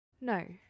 No